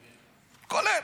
כולל.